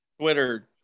twitter